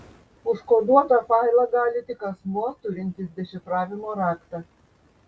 užkoduotą failą gali tik asmuo turintis dešifravimo raktą